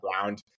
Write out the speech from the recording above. ground